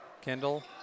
Kendall